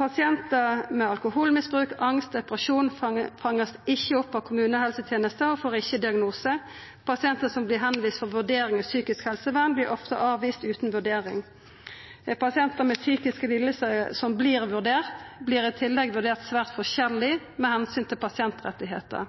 Pasientar med alkoholmisbruk, angst og depresjon vert ikkje fanga opp av kommunehelsetenesta og får ikkje diagnose. Pasientane som vert tilviste for vurdering av psykisk helsevern, vert ofte avviste utan vurdering. Pasientar med psykiske lidingar som vert vurderte, vert i tillegg vurderte svært forskjellig med omsyn til